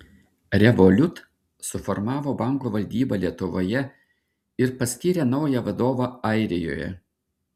revolut suformavo banko valdybą lietuvoje ir paskyrė naują vadovą airijoje